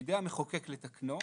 בידי המחוקק לתקנו".